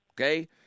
Okay